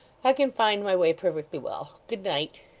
i can find my way perfectly well. good night